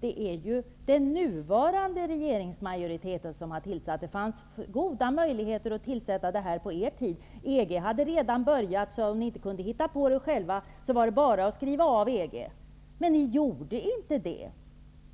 Det är den nuvarande regeringsmajoriteten som har tillsatt den. Det fanns goda möjligheter att tillsätta dessa utredningar på er tid. EG hade redan börjat, så om ni inte kunde hitta på det själva var det bara att skriva av EG. Men ni gjorde inte det.